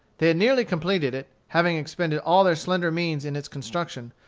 they had nearly completed it, having expended all their slender means in its construction,